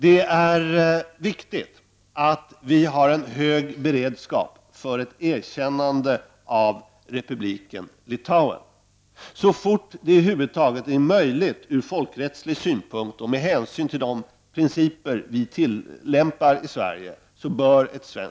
Det är viktigt att vi har en hög beredskap för ett erkännande av republiken Litauen så fort det över huvudet taget är möjligt ur folkrättslig synpunkt och med hänsyn till de principer som vi tillämpar i Sverige.